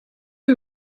que